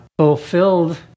Fulfilled